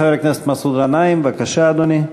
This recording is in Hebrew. חבר הכנסת מסעוד גנאים, בבקשה, אדוני.